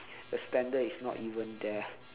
the standard is not even there ah